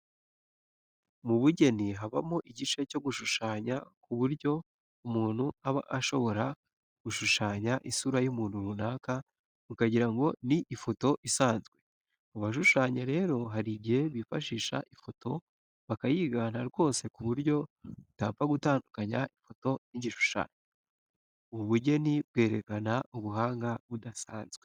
Mu bugeni habamo igice cyo gushushanya ku buryo umuntu aba ashobora gushushanya isura y'umuntu runaka ukagira ngo ni ifoto isanzwe. Abashushanya rero hari igihe bifashisha ifoto bakayigana rwose ku buryo utapfa gutandukanya ifoto n'igishushanyo. Ubu bugeni bwerekana ubuhanga budasanzwe.